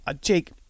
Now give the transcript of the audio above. Jake